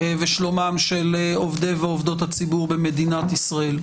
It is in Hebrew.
של עובדי ועובדות הציבור במדינת ישראל.